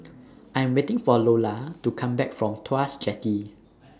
I Am waiting For Lola to Come Back from Tuas Jetty